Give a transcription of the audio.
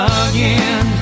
again